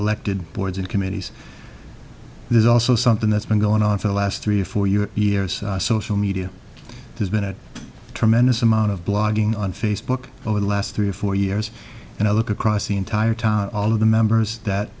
elected boards and committees there's also something that's been going on for the last three or four year years social media has been a tremendous amount of blogging on facebook over the last three or four years and i look across the entire time all of the members that